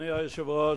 אדוני היושב-ראש,